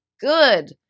good